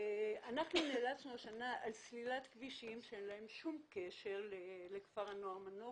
אנחנו נאלצנו השנה על סלילת כבישים שאין להם שום קשר לכפר הנוער מנוף,